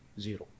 zero